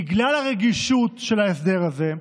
בגלל הרגישות של ההסדר הזה,